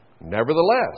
Nevertheless